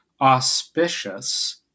Auspicious